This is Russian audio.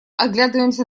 оглядываемся